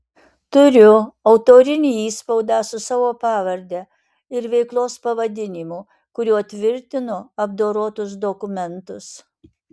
turiu autorinį įspaudą su savo pavarde ir veiklos pavadinimu kuriuo tvirtinu apdorotus dokumentus